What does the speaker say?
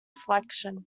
selection